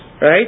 Right